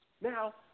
Now